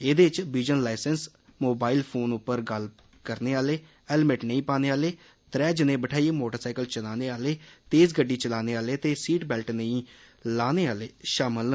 एहदे च बिजन लाईसैंस मोबाईल फोन उप्पर गल्ल करने आले हैलमट नेई पाने आले त्रै जने बठाईयै मोटर साईकिल चलाने आले तेज गड्डी चलाने आले ते सीट बेल्ट नेईं लाने आलें शामल न